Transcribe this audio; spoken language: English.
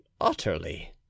utterly